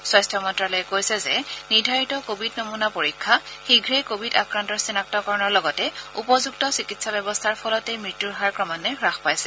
স্বাস্থ্য মন্ত্যালয়ে কৈছে যে নিৰ্ধাৰিত কোভিড নমুনা পৰীক্ষা শীঘ্ৰেই কোভিড আক্ৰান্তৰ চিনাক্তকৰণৰ লগতে উপযুক্ত চিকিৎসা ব্যৱস্থাৰ ফলতেই মৃত্যুৰ হাৰ ক্ৰমান্বয়ে হাস পাইছে